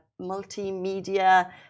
multimedia